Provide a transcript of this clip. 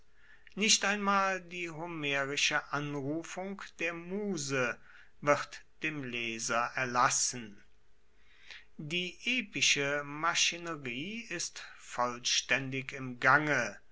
nicht einmal die homerische anrufung der muse wird dem leser erlassen die epische maschinerie ist vollstaendig im gange